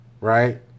right